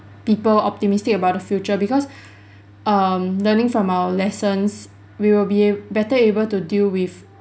people optimistic about the future because um learning from our lessons we will be better able to deal with